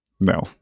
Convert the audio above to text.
No